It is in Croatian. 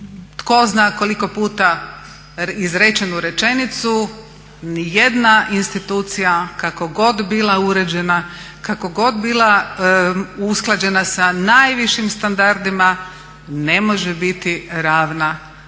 tko zna koliko puta izrečenu rečenicu ni jedna institucija kako god bila uređena, kako god bila usklađena sa najvišim standardima ne može biti ravna